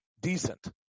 decent